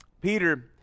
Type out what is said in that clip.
Peter